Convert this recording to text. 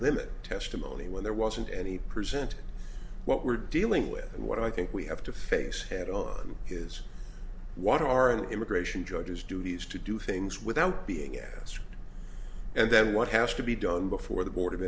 limit testimony when there wasn't any present what we're dealing with and what i think we have to face head on is water aren't immigration judges duties to do things without being asked and then what has to be done before the board of